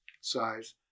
size